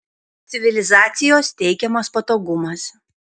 civilizacijos teikiamas patogumas